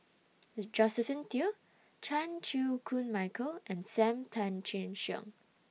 Josephine Teo Chan Chew Koon Michael and SAM Tan Chin Siong